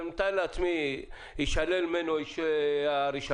אני מתאר לעצמי שיישלל ממנה הרישיון,